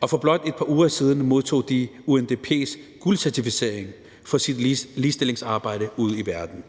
og for blot et par uger siden modtog de UNDP's guldcertificering for deres ligestillingsarbejde ude i verden.